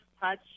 touch